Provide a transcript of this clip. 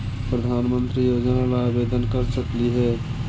प्रधानमंत्री योजना ला आवेदन कर सकली हे?